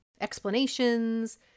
explanations